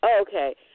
Okay